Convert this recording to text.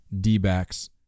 D-backs